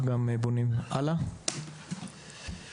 אני יודעת,